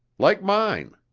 like mine.